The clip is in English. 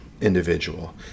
individual